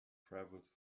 travels